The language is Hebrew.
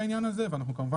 כמובן